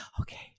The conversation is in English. Okay